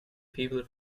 people